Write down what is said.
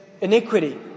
iniquity